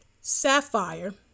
Sapphire